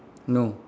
no